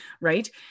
right